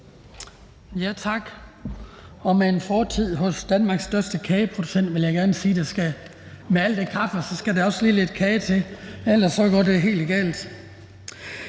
Tak. Med en fortid hos Danmarks største kageproducent vil jeg gerne sige, at med al den kaffe skal er også lige lidt kage til, for ellers går det helt galt.